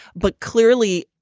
but clearly,